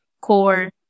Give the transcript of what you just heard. core